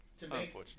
Unfortunately